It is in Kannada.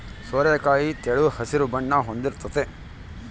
ಸೋರೆಕಾಯಿ ತೆಳು ಹಸಿರು ಬಣ್ಣ ಹೊಂದಿರ್ತತೆ